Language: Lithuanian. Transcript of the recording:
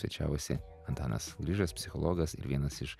svečiavosi antanas grižas psichologas ir vienas iš